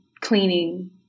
cleaning